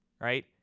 right